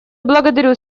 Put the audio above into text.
благодарю